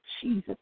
Jesus